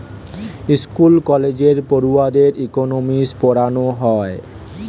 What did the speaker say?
school কলেজে পড়ুয়াদের economics পোড়ানা হয়